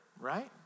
right